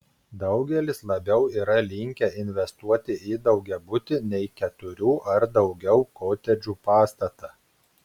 daugelis labiau yra linkę investuoti į daugiabutį nei keturių ar daugiau kotedžų pastatą